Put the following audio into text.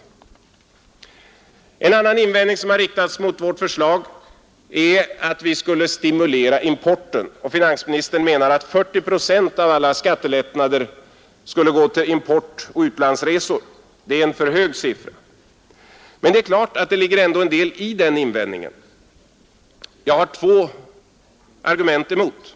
21 En annan invändning som har riktats mot vårt förslag är att vi skulle stimulera importen. Finansministern menar att 40 procent av alla skattelättnader skulle gå till import och utlandsresor — det är en för hög siffra. Men det är klart att det ändå ligger något i den invändningen. Jag har två argument mot den.